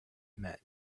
meant